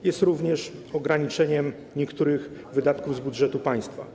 Wiąże się również z ograniczeniem niektórych wydatków z budżetu państwa.